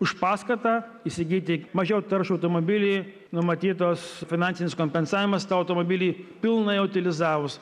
už paskatą įsigyti mažiau taršų automobilį numatytos finansinis kompensavimas tą automobilį pilnai utilizavus